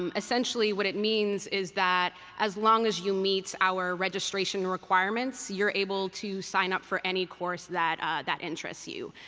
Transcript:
um essentially, what it means is that as long as you meet our registration requirements, you're able to sign up for any course that ah that interests you.